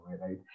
right